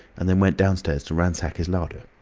and then went downstairs to ransack his larder.